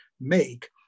make